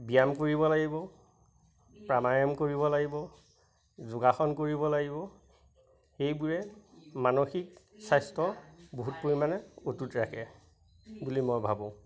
ব্যায়াম কৰিব লাগিব প্ৰাণায়ম কৰিব লাগিব যোগাসন কৰিব লাগিব সেইবোৰে মানসিক স্বাস্থ্য বহুত পৰিমাণে অটুট ৰাখে বুলি মই ভাবোঁ